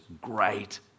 great